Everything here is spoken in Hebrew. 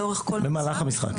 במהלך המשחק.